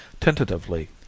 Tentatively